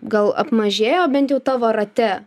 gal apmažėjo bent jau tavo rate